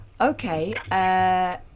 Okay